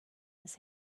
his